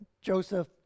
Joseph